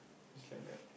is like that